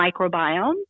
microbiome